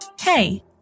Hey